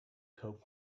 cove